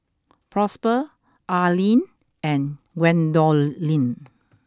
Prosper Arleen and Gwendolyn